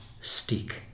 stick